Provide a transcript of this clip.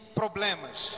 problemas